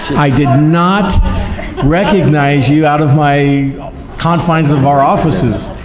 i did not recognize you out of my confines of our offices.